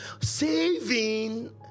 Saving